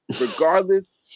Regardless